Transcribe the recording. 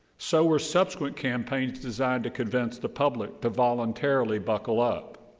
so were subsequent campaigns designed to convince the public to voluntarily buckle up.